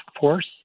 Force